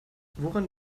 woran